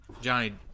Johnny